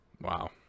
Wow